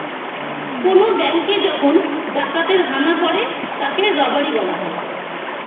কোন ব্যাঙ্কে যখন ডাকাতের হানা পড়ে তাকে রবারি বলে